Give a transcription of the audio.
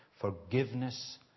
Forgiveness